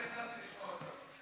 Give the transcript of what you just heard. בכוונה באתי לשמוע אותך,